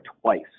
twice